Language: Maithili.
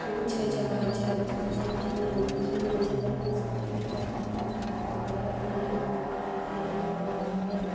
छै जगह अच्छा अच्छा छै कि नहि नहि छै पटना सिटी पटनाके बात तऽ कोइ भी आबय करय छै अनेक प्रकारके